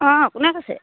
অঁ কোনে কৈছে